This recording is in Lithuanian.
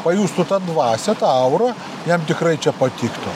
pajustų tą dvasią tą aurą jam tikrai čia patiktų